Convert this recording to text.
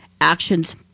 actions